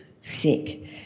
sick